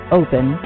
open